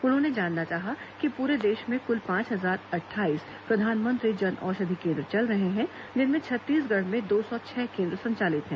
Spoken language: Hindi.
उन्होंने जानना चाहा कि पूरे देश में कुल पांच हजार अट्ठाईस प्रधानमंत्री जन औषधि केंद्र चल रहे हैं जिसमें छत्तीसगढ़ में दो सौ छह केंद्र संचालित है